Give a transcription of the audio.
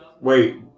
wait